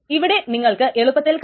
ഇവിടെ ട്രാൻസാക്ഷൻ എഴുതണം എന്നുണ്ട്